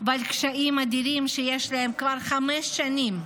ועל קשיים אדירים שיש להם כבר חמש שנים,